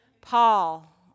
Paul